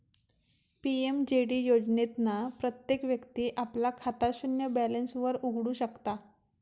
PMJD योजनेतना प्रत्येक व्यक्ती आपला खाता शून्य बॅलेंस वर उघडु शकता